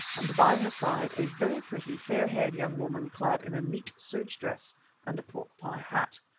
and by her side a very pretty, fair-haired young woman clad in a neat serge dress and a pork-pie hat.